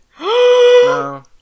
No